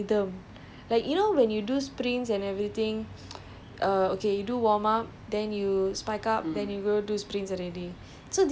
so err whenever I did jumps it's like a completely different like rhythm like you know when you do sprints and everything